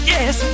Yes